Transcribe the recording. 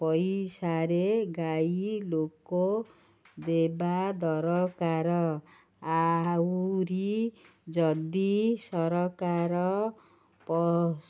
ପଇସାରେ ଗାଈ ଲୋକ ଦେବା ଦରକାର ଆହୁରି ଯଦି ସରକାର